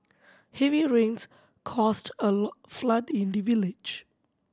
heavy rains caused a flood in the village